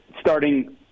starting